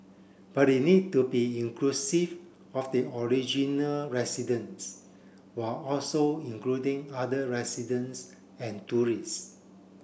but it need to be inclusive of the original residents while also including other residents and tourists